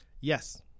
yes